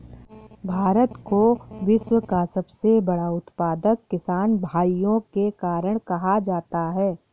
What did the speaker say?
भारत को विश्व का सबसे बड़ा उत्पादक किसान भाइयों के कारण कहा जाता है